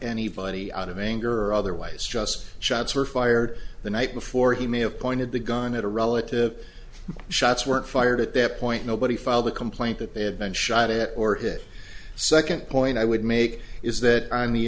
anybody out of anger or otherwise just shots were fired the night before he may have pointed the gun at a relative shots weren't fired at that point nobody filed a complaint that they had been shot at or it second point i would make is that on the